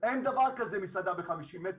אין דבר כזה מסעדה בחמישים מטר,